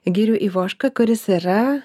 girių ivošką kuris yra